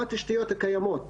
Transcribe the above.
מה התשתיות הקיימות.